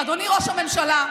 אדוני ראש הממשלה,